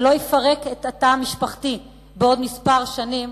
שלא יפרק את התא המשפחתי בעוד כמה שנים,